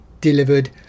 delivered